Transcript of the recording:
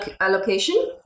allocation